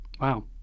wow